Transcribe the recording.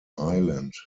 island